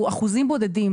הוא אחוזים בודדים.